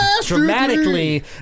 dramatically